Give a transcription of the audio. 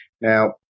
Now